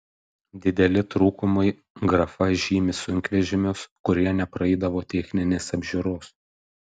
dideli trūkumai grafa žymi sunkvežimius kurie nepraeidavo techninės apžiūros